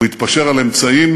הוא התפשר על אמצעים,